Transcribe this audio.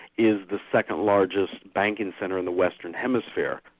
is the second-largest banking centre in the western hemisphere.